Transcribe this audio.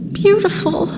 beautiful